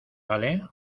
vale